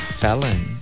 felon